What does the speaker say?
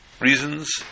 reasons